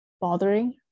bothering